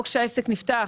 או כשהעסק נפתח,